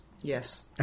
Yes